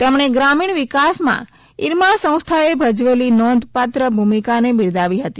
તેમણે ગ્રામિણ વિકાસમા ઇરમા સંસ્થાએ ભજવેલી નોંધ પાત્ર ભૂમિકાને બિરદાવિ હતી